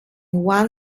one